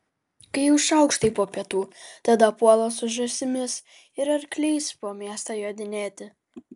kai jau šaukštai po pietų tada puola su žąsimis ir arkliais po miestą jodinėti